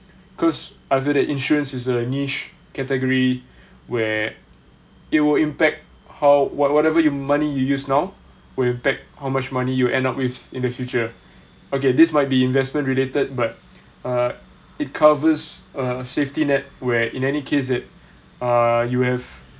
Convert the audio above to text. because I feel that insurance is a niche category where it will impact how what whatever you money you use now will impact how much money you end up with in the future okay this might be investment related but uh it covers a safety net where in any case it uh you have